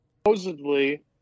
supposedly